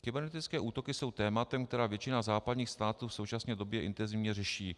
Kybernetické útoky jsou tématem, které většina západních států v současné době intenzivně řeší.